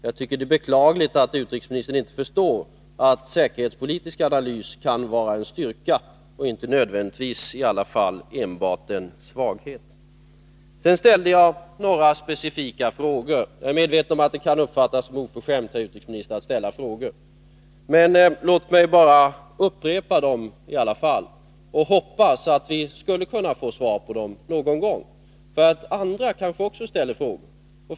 Jag tycker det är beklagligt att utrikesministern inte förstår att en säkerhetspolitisk analys kan vara en styrka och att den inte i alla avseenden nödvändigtvis enbart är en svaghet. Jag har ställt några specifika frågor. Jag är medveten, herr utrikesminister, om att det kan uppfattas som oförskämt att ställa frågor, men låt mig ändå upprepa mina frågor. Jag hoppas att det kommer ett svar på dem åtminstone någon gång. Andra kanske också ställer frågor.